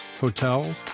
hotels